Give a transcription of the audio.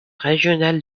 régional